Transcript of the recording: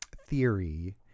theory